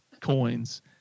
coins